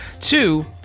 two